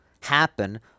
happen